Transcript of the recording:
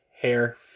hair